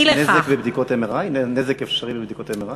יש נזק בבדיקות MRI, נזק אפשרי בבדיקות MRI?